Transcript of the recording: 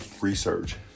research